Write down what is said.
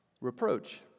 reproach